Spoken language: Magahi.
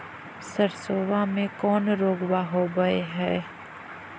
सरसोबा मे कौन रोग्बा होबय है?